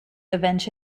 avenge